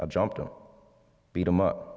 i jumped him beat him up